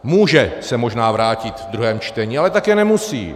Může se možná vrátit do druhého čtení, ale také nemusí.